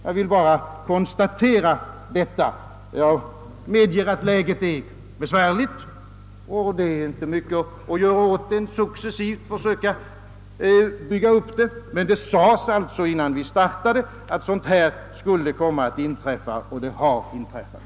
Jag vill bara konstatera detta; jag medger att läget är besvärligt och att det inte finns mycket mer att göra än att successivt försöka bygga upp skolan. Det sades dock innan vi startade att sådant skulle komma att inträffa, och det har inträffat.